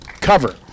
cover